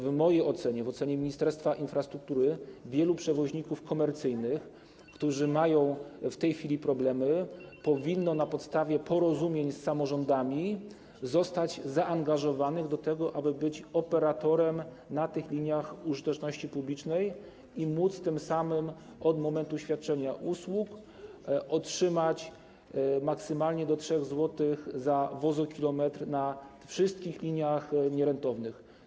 W mojej ocenie, w ocenie Ministerstwa Infrastruktury, wielu przewoźników komercyjnych, którzy mają w tej chwili problemy, powinno na podstawie porozumień z samorządami zostać zaangażowanych do tego, aby być operatorami na tych liniach użyteczności publicznej, a tym samym móc od momentu świadczenia usług otrzymywać maksymalnie do 3 zł za wozokilometr na wszystkich nierentownych liniach.